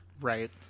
Right